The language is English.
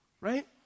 Right